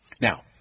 Now